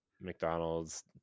McDonald's